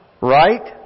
right